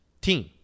team